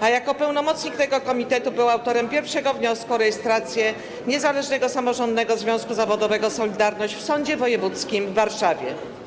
a jako pełnomocnik tego komitetu był autorem pierwszego wniosku o rejestrację Niezależnego Samorządnego Związku Zawodowego „Solidarność” w Sądzie Wojewódzkim w Warszawie.